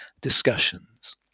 discussions